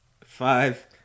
Five